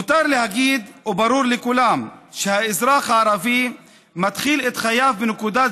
מותר להגיד וברור לכולם שהאזרח הערבי מתחיל את חייו בנקודת